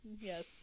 Yes